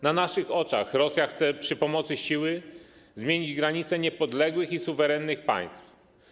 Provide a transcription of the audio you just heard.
Na naszych oczach Rosja chce za pomocą siły zmienić granice niepodległych i suwerennych państw.